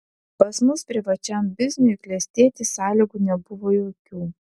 pas mus privačiam bizniui klestėti sąlygų nebuvo jokių